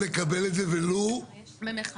זה לא היה.